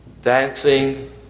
Dancing